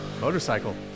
Motorcycle